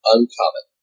Uncommon